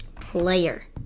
player